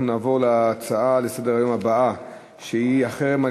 אנחנו נעבור להצעות לסדר-היום הבאות: החרם על